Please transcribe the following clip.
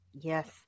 yes